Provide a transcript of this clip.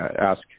ask